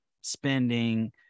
spending